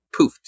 poofed